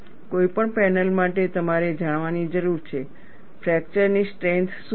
કોઈપણ પેનલ માટે તમારે જાણવાની જરૂર છે ફ્રેકચર ની સ્ટ્રેન્થ શું છે